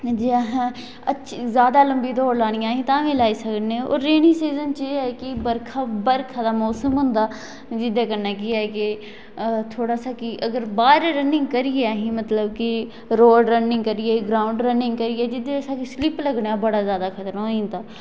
जे असैं जैदा लम्बी दौड़ लानी होऐ ते ओह् बी लाई सकदे होर रेनी सीज़न च एह् होंदा ऐ कि बर्खा होंदी ऐ अगर बाह्र बी रनिंग करचै ते असैं गी रोड़ रनिंग करचै ग्राऊंड़ रनिंग करचै ते स्लिप लग्गने दा बड़ा खतरा होई जंदा